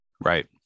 right